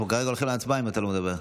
אנחנו כרגע הולכים להצבעה, אם אתה לא מדבר.